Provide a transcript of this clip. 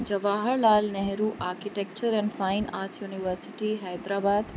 Jawahar Lal Nehru architecture and fine arts university Hyderabad